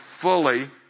fully